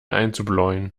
einzubläuen